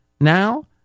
now